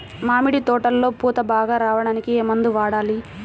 మామిడి తోటలో పూత బాగా రావడానికి ఏ మందు వాడాలి?